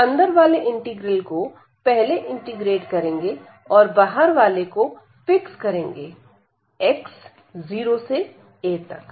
तो अंदर वाले इंटीग्रल को पहले इंटीग्रेट करेंगे और बाहर वाले को फिक्स करेंगे x0 से a तक